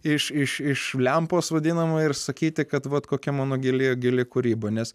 iš iš iš lempos vadinama ir sakyti kad vat kokia mano gili gili kūryba nes